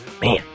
Man